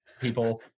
people